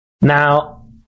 Now